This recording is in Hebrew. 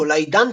"Nikolai Dante"